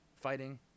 fighting